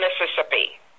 Mississippi